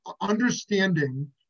understanding